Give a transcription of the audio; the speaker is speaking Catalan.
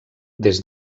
des